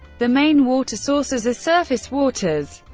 the main water sources are surface waters.